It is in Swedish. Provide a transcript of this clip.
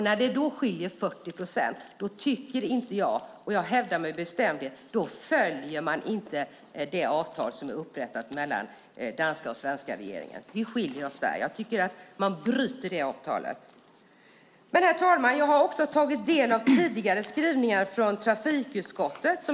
När det som nu skiljer 40 procent hävdar jag med bestämdhet att man inte följer det avtal som är upprättat mellan danska och svenska regeringen. Vi skiljer oss åt där, för jag tycker att man bryter avtalet. Herr talman! Jag har tagit del av tidigare skrivningar från trafikutskottet.